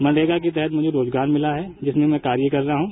मनरेगा के तहत हमें रोजगार मिला है जिसमें मै कार्य कर रहा हूं